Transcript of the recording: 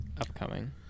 upcoming